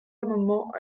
amendements